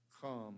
come